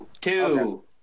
two